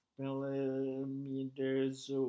Millimeters